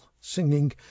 singing